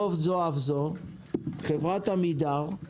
לא זאת אף זאת חברת עמידר,